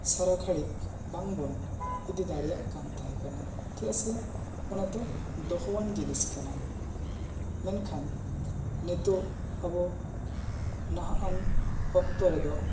ᱥᱟᱨᱟ ᱜᱷᱟᱹᱲᱤᱡ ᱵᱟᱝ ᱵᱚᱱ ᱤᱫᱤ ᱫᱟᱲᱮᱭᱟᱜ ᱠᱟᱱ ᱛᱟᱦᱮᱸ ᱠᱟᱱᱟ ᱪᱮᱫᱟᱜ ᱥᱮ ᱚᱱᱟ ᱫᱚ ᱫᱚᱦᱚᱣᱟᱱ ᱡᱤᱱᱤᱥ ᱠᱟᱱᱟ ᱢᱮᱱᱠᱷᱟᱱ ᱱᱤᱛᱚᱜ ᱟᱵᱚ ᱱᱟᱦᱟᱜ ᱟᱱ ᱚᱠᱛᱚ ᱨᱮᱫᱚ